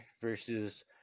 versus